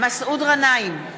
מסעוד גנאים,